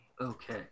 Okay